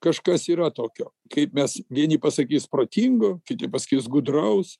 kažkas yra tokio kaip mes vieni pasakys protingu kiti pasakys gudraus